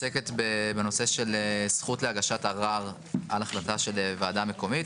בנושא של זכות להגשת ערר על החלטה של וועדה מקומית.